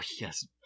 yes